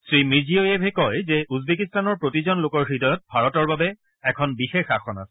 শ্ৰীমিৰ্জিঅ'য়েভে কয় যে উজবেকিস্তানৰ প্ৰতিজন লোকৰ হৃদয়ত ভাৰতৰ বাবে এখন বিশেষ আসন আছে